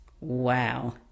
wow